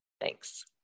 Thanks